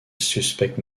suspecte